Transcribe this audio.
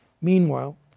Meanwhile